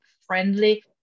friendly